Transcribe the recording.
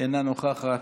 אינה נוכחת,